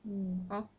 hor